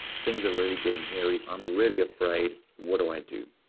things are really getting hairy. i'm really afraid. what do i do?